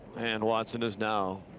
and watson is now